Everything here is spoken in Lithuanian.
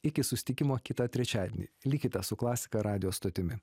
iki susitikimo kitą trečiadienį likite su klasika radijo stotimi